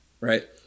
right